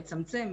מצמצם,